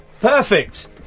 perfect